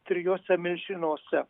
trijuose milžinuose